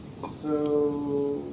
so.